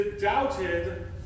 doubted